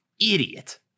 idiot